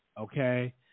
Okay